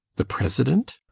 the president?